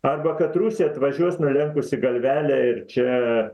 arba kad rusija atvažiuos nulenkusi galvelę ir čia